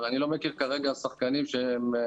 אבל אני לא מכיר כרגע שחקנים כאלה.